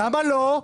למה לא?